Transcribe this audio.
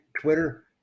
twitter